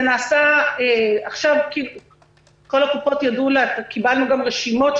זה נעשה כי קיבלנו גם רשימות,